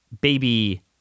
baby